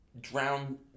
drown